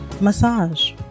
massage